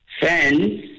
fans